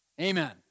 Amen